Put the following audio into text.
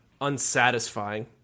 unsatisfying